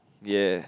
ya